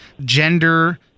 gender